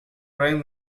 prime